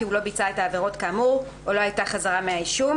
הוא לא ביצע את העבירות כאמור או לא היתה חזרה מהאישום,